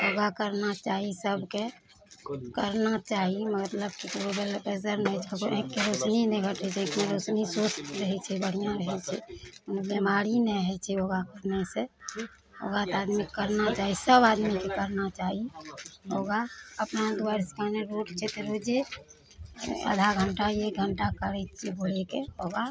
योगा करबा चाही सबके करबा चाही मतलब कोइ ब्लड प्रेसर नहि आँखिके रोशनी नहि घटै छै कोनो रोशनी स्वस्थ रहै छै बढ़िआँ रहै छै कोनो बेमारी नहि होइ छै योगा कयला सऽ योगा तऽ आदमीके करबा चाही सब आदमीके करबा चाही योगा अपना दुआरिके सामने रोड छै तऽ रोजे आधा घण्टा एक घण्टा करै छियै भोरेके योगा